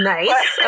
Nice